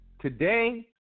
Today